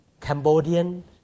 Cambodian